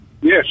Yes